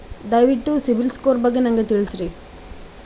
ದಯವಿಟ್ಟು CIBIL score ಬಗ್ಗೆ ನನಗ ತಿಳಸರಿ?